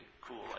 cool